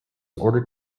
ordered